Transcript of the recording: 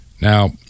Now